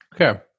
okay